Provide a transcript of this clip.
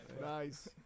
Nice